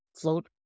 float